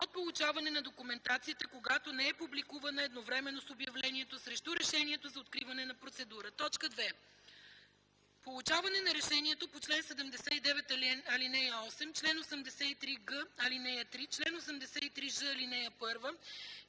от получаване на документацията, когато не е публикувана едновременно с обявлението – срещу решението за откриване на процедура; 2. получаване на решението по чл. 79, ал. 8, чл. 83г, ал. 3, чл. 83ж, ал. 1